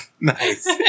Nice